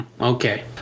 okay